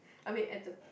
I mean at the